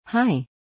Hi